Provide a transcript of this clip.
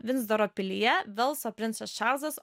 vindzoro pilyje velso princas čarlzas